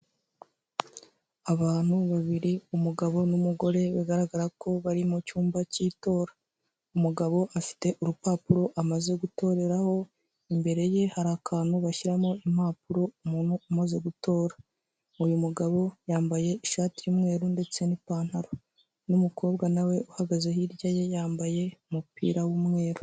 Abantu babiri umugabo n'umugore bigaragara ko bari mu cyumba cy'itora. Umugabo afite urupapuro amaze gutoreraho imbere ye hari akantu bashyiramo impapuro umuntu umaze gutora. Uyu mugabo yambaye ishati y'umweru ndetse n'ipantaro n'umukobwa nawe uhagaze hirya ye yambaye umupira w'umweru.